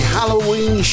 Halloween